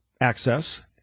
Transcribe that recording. access